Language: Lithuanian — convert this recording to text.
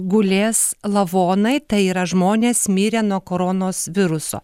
gulės lavonai tai yra žmonės mirę nuo koronos viruso